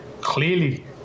clearly